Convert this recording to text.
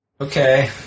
okay